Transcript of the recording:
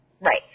Right